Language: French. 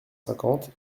cinquante